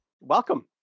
welcome